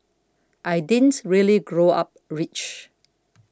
I didn't really grow up rich